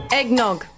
Eggnog